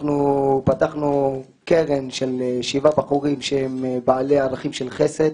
אנחנו פתחנו קרן של שבעה בחורים שהם בעלי ערכים של חסד,